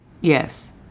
Yes